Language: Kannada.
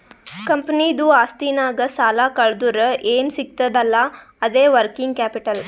ಕಂಪನಿದು ಆಸ್ತಿನಾಗ್ ಸಾಲಾ ಕಳ್ದುರ್ ಏನ್ ಸಿಗ್ತದ್ ಅಲ್ಲಾ ಅದೇ ವರ್ಕಿಂಗ್ ಕ್ಯಾಪಿಟಲ್